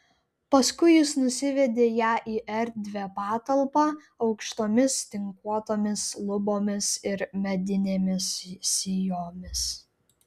paskui jis nusivedė ją į erdvią patalpą aukštomis tinkuotomis lubomis ir medinėmis sijomis